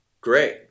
great